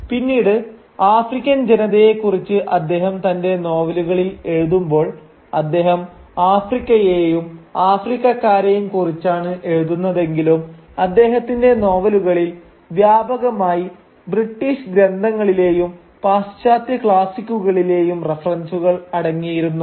പിന്നീട് ആഫ്രിക്കൻ ജനതയെ കുറിച്ച് അദ്ദേഹം തന്റെ നോവലുകളിൽ എഴുതുമ്പോൾ അദ്ദേഹം ആഫ്രിക്കയേയും ആഫ്രിക്കക്കാരെയും കുറിച്ചാണ് എഴുതുന്നതെങ്കിലും അദ്ദേഹത്തിന്റെ നോവലുകളിൽ വ്യാപകമായി ബ്രിട്ടീഷ് ഗ്രന്ഥങ്ങളിലെയും പശ്ചാത്യ ക്ലാസ്സിക്കുകളിലെയും റഫറൻസുകൾ അടങ്ങിയിരുന്നു